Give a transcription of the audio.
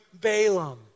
Balaam